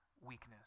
weakness